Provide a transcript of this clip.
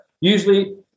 Usually